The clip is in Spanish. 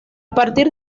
partir